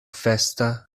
festa